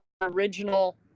original